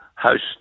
host